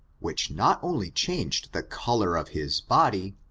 which not only changed the color of his body,